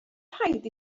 rhaid